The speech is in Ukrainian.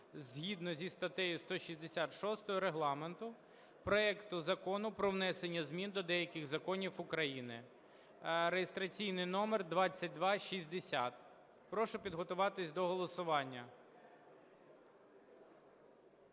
згідно із статтею 166 Регламенту проекту Закону про внесення змін до деяких законів України (реєстраційний номер 2260). Прошу підготуватися до голосування.